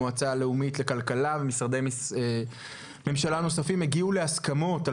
המועצה הלאומית לכלכלה ומשרדי ממשלה נוספים הגיעו להסכמות על